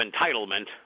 entitlement